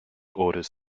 orders